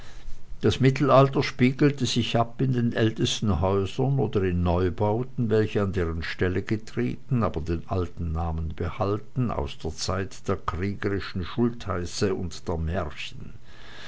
das mittelalter spiegelte sich ab in den ältesten häusern oder in den neubauten welche an deren stelle getreten aber den alten namen behalten aus der zeit der kriegerischen schultheiße und der märchen